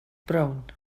brown